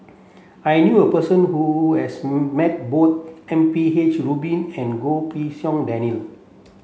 I knew a person who has met both M P H Rubin and Goh Pei Siong Daniel